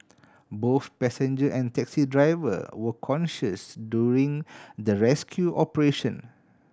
both passenger and taxi driver were conscious during the rescue operation